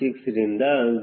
6 ರಿಂದ 0